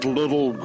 little